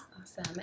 Awesome